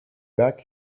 berg